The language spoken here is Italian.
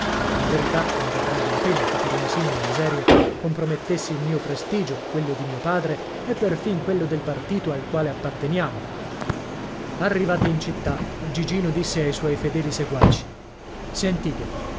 in verità non varrebbe la pena che per una simile miseria compromettessi il mio prestigio quello di mio padre e perfin quello del partito al quale apparteniamo arrivati in città gigino disse ai suoi fedeli seguaci sentite